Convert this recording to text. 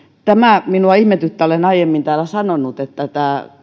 tämä minua ihmetyttää olen aiemmin täällä sanonut että tämä